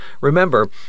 remember